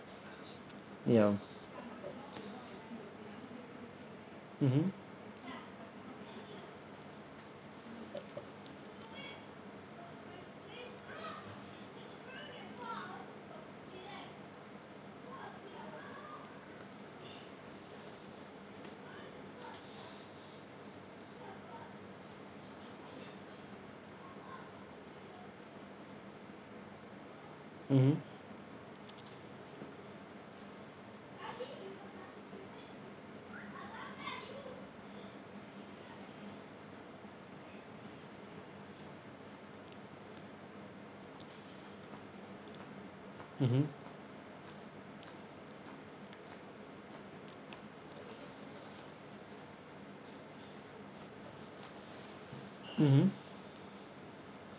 ya mmhmm mmhmm mmhmm mmhmm